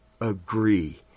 agree